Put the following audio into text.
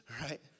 right